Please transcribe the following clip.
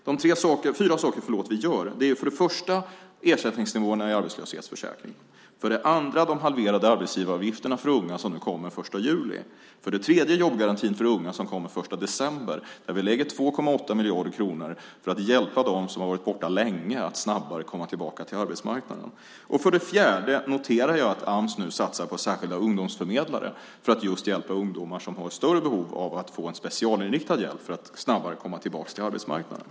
De fyra saker vi gör gäller för det första ersättningsnivåerna i arbetslöshetsförsäkringen, för det andra de halverade arbetsgivaravgifter för unga som kommer den 1 juli, för det tredje jobbgarantin för unga som kommer den 1 december - vi lägger 2,8 miljarder kronor på att hjälpa dem som länge varit borta att snabbare komma tillbaka till arbetsmarknaden - och för det fjärde särskilda ungdomsförmedlare som jag noterar att Ams nu satsar på just för hjälpa ungdomar som har större behov av att få specialriktad hjälp för att snabbare komma tillbaka till arbetsmarknaden.